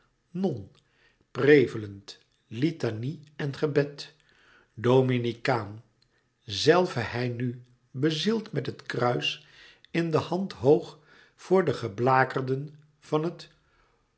non prevelend litanie en gebed dominikaan zelve hij nu bezield met het kruis in de hand hoog voor de geblakerden van het